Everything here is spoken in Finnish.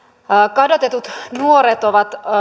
kadotetut nuoret ovat